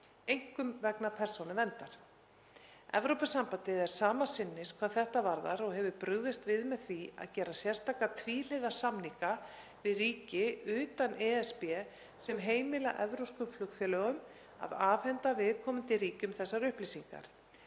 einkum vegna persónuverndar. Evrópusambandið er sama sinnis hvað þetta varðar og hefur brugðist við með því að gera sérstaka tvíhliða samninga við ríki utan ESB sem heimila evrópskum flugfélögum af afhenda viðkomandi ríkjum þessar upplýsingar.